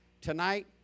tonight